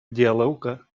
диалога